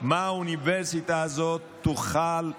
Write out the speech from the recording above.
מה האוניברסיטה הזאת תוכל,